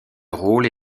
rôles